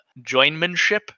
joinmanship